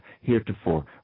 heretofore